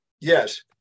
Yes